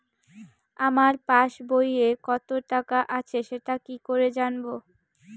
আমার পাসবইয়ে কত টাকা আছে সেটা কি করে জানবো?